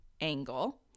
angle